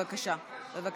בבקשה.